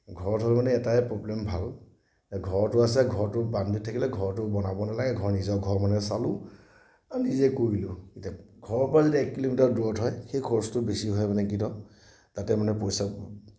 ঘৰত হ'লে মানে এটাই প্ৰব্লেম ভাল এতিয়া ঘৰটো আছে ঘৰটো বান্ধি থাকিলে ঘৰটো বনাব নালাগে ঘৰ নিজৰ ঘৰৰ মানুহে চালোঁ আৰু নিজে কৰিলোঁ এতিয়া ঘৰৰ পৰা যদি এক কিলোমিটাৰ দূৰত হয় সেই খৰচটো বেছি হয় মানে কি ন তাতে মানে পইচা